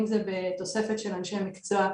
אם זה בתופסת של אנשי מקצוע,